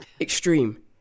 extreme